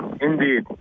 indeed